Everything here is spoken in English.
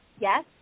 yes